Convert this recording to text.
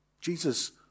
Jesus